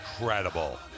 incredible